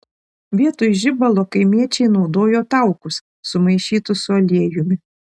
vietoj žibalo kaimiečiai naudojo taukus sumaišytus su aliejumi